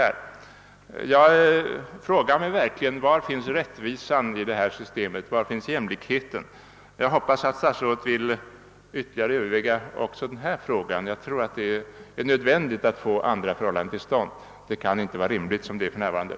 Jag frågar mig verkligen var rättvisan och jämlikheten finns i nuvarande system. Jag hoppas att statsrådet ytterligare vill överväga också denna fråga. Det är nödvändigt att få till stånd en ändring av rådande ordning, som inte kan vara rimlig.